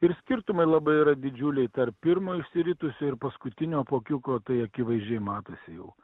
ir skirtumai labai yra didžiuliai tarp pirmo išsiritusio ir paskutinio apuokiuko tai akivaizdžiai matosi jau